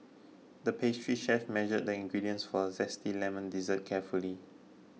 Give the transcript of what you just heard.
the pastry chef measured the ingredients for a Zesty Lemon Dessert carefully